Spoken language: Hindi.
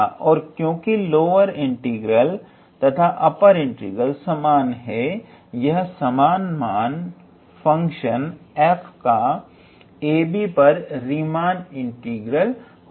और क्योंकि लोअर इंटीग्रल तथा अपर इंटीग्रल समान है यह सामान मान फंक्शन f का ab पर रीमान इंटीग्रल होगा